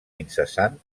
incessant